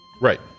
Right